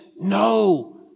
No